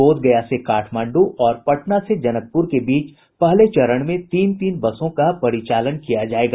बोधगया से काठमांडू और पटना से जनकपुर के बीच पहले चरण में तीन तीन बसों का परिचालन किया जायेगा